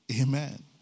Amen